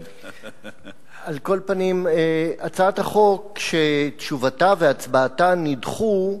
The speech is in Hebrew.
על כל פנים, הצעת החוק, שתשובתה והצבעתה נדחו,